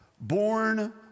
born